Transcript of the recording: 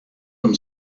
them